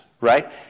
Right